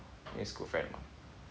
is good friend mah